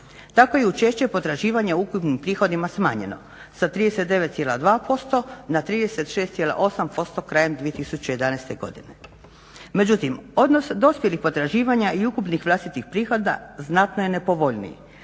Tako je učešće potraživanja u ukupnim prihodima smanjeno sa 39,2% na 36,8% krajem 2011. godine. Međutim, odnos dospjelih potraživanja i ukupnih vlastitih prihoda znatno je nepovoljniji,